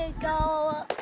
go